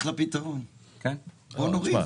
אחלה פתרון, בואו נוריד.